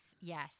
yes